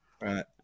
Right